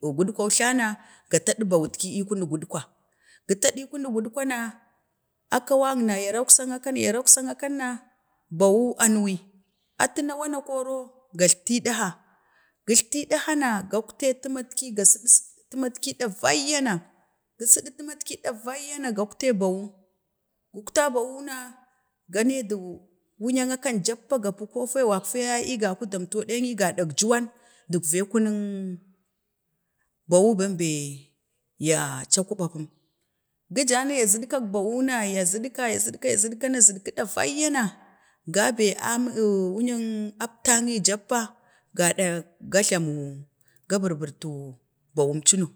kuwu gutkwau jtana ga tadi bawutki kunu gutkwa, gi tadi kunu gutkwana, akawata na ya raksa, akan ya rakson, akan na bawu a nuwi, atu nawa na koro gagtiɗha, gijttiha na, gaktai ɗakti timatki ga siɗi timatki sit timatki ɗa kaiya na, gi sidi tumatki ɗivaiya na gaktai bawu, gukta bawuna, gane du wuyan akan jabpa gapi ko fe wakfe əəii waku damte ɗeni ga ɗak juwan duk ve kunak bawu ban be yaa cakuɓafum, gi ja na ya zikkaka bawu na ya zikka, ya zikka, na zikku ɗavaiya na, gabe amin, wuyan abtanin jabpa ga ɗak ga jlamu, ga birbirtu bawun cuno